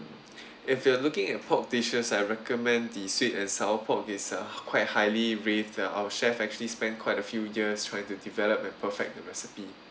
if you are looking at pork dishes I recommend the sweet and sour pork is uh quite highly raved that our chef actually spend quite a few years trying to develop and perfect the recipe